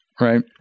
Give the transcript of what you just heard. Right